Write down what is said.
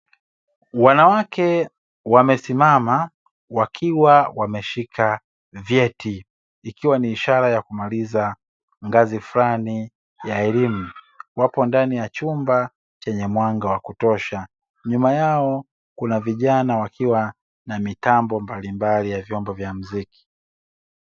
Wanawake wamesimama wakiwa wameshika vyeti. Ikiwa ni ishara ya kumaliza ngazi flani ya elimu, wapo ndani ya chumba chenye mwanga wa kutosha. Nyuma yao kuna vijana wakiwa na mitambo mbalimbali ya vyombo vya mziki.